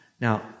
Now